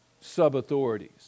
sub-authorities